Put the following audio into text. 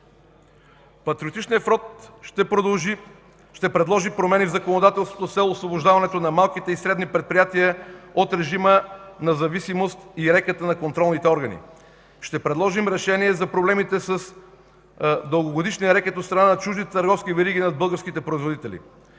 Патриотичният фронт ще предложи промени в законодателството с цел освобождаването на малките и средни предприятия от режима на зависимост и рекета на контролните органи. Ще предложим решение за проблемите с дългогодишния рекет от страна на чуждите търговски вериги над българските производители.